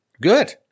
Good